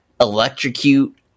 electrocute